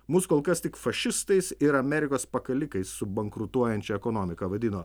mus kol kas tik fašistais ir amerikos pakalikais su bankrutuojančia ekonomika vadino